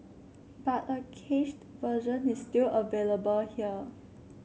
but a cached version is still available here